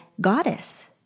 goddess